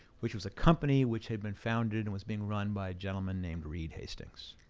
which was a company which had been founded and was being run by a gentleman named reed hastings.